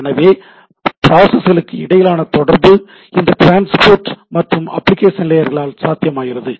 எனவே ப்ராசஸ்களுக்கு இடையேயான தொடர்பு இந்த டிரான்ஸ்போர்ட் மற்றும் அப்ளிகேஷன்கள் லேயர்களால் சாத்தியமாகிறது